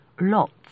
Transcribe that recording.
lots